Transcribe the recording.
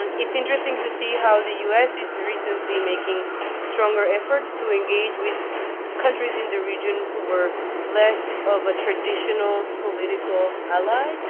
and its interesting to see how the us is recently making stronger efforts to engage with countries in the region who were less of a traditional political ally.